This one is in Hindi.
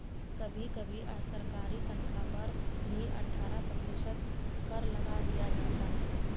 कभी कभी सरकारी तन्ख्वाह पर भी अट्ठारह प्रतिशत कर लगा दिया जाता है